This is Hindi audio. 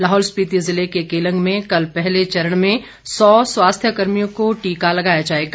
लाहौल स्पिति जिले के केलंग में कल पहले चरण में सौ स्वास्थ्य कर्मियों को टीका लगाया जाएगा